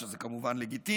שזה כמובן לגיטימי,